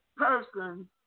person